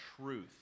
truth